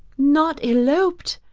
not eloped?